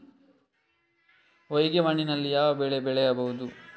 ಹೊಯ್ಗೆ ಮಣ್ಣಿನಲ್ಲಿ ಯಾವ ಬೆಳೆ ಬೆಳೆಯಬಹುದು?